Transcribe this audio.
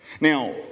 Now